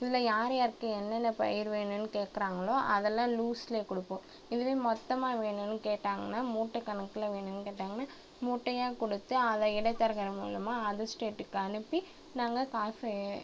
இதில் யார் யாருக்கு என்னென்ன பயிரு வேணுனு கேட்குறாங்களோ அதெல்லாம் லுாஸ்ஸில் கொடுப்போம் இதுலேயும் மொத்தமாக வேணுன்னு கேட்டாங்கனா மூட்டக்கணக்கில் வேணுன்னு கேட்டாங்கனா மூட்டையாக கொடுத்து அதை இடைத்தரகர் மூலிமா அதர் ஸ்டேட்டுக்கு அனுப்பி நாங்கள் காசே